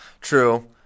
True